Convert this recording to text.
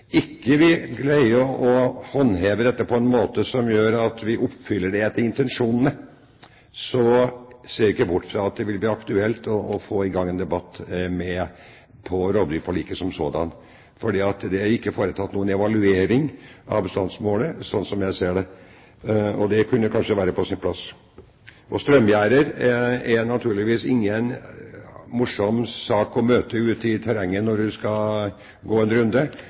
vi oppfyller det etter intensjonene, ser jeg ikke bort fra at det vil bli aktuelt å få i gang en debatt om rovdyrforliket som sådant, for det er ikke foretatt noen evaluering av bestandsmålet, slik jeg ser det. Det kunne kanskje være på sin plass. Og strømgjerder er det naturligvis ikke noe morsomt å møte ute i terrenget når man skal gå en runde.